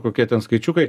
kokie ten skaičiukai